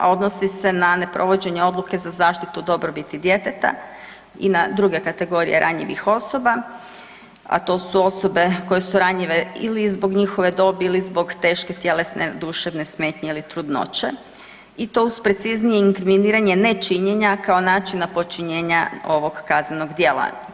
Odnosi se na neprovođenje odluke za zaštitu dobrobiti djeteta i na druge kategorije ranjivih osoba, a to su osobe koje su ranjive ili zbog njihove dobi ili zbog teške tjelesne, duševne smetnje ili trudnoće i to uz preciznije inkriminiranje nečinjenja kao načina počinjenja ovog kaznenog djela.